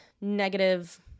negative